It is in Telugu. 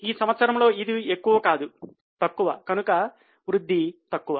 ఆ సంవత్సరములో ఇది ఎక్కువ కాదు తక్కువ కనుక వృద్ధి తక్కువ